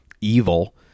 evil